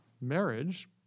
marriage